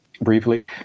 briefly